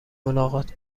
ملاقات